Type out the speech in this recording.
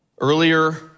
Earlier